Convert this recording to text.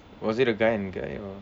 was it a guy and guy or